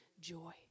joy